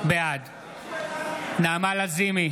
בעד נעמה לזימי,